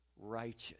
righteous